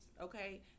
okay